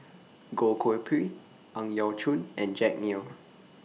Goh Koh Pui Ang Yau Choon and Jack Neo